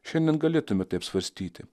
šiandien galėtume tai apsvarstyti